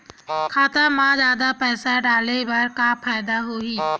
खाता मा जादा पईसा डाले मा का फ़ायदा होही?